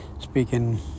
Speaking